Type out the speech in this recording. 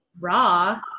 raw